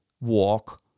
walk